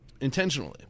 intentionally